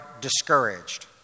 discouraged